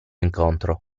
incontro